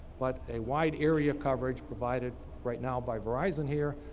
but a wide area coverage provided right now by verizon here,